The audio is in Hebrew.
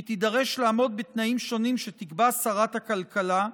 היא תידרש לעמוד בתנאים שונים שתקבע שרת הכלכלה,